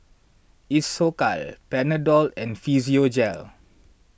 Isocal Panadol and Physiogel